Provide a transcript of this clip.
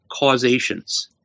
causations